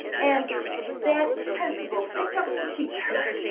and that principal picked up the teacher,